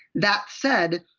that said,